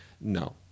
no